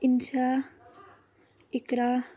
اِنشا اِقرا